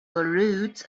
roots